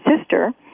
sister